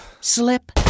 slip